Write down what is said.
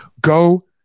Go